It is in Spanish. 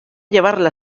llevarla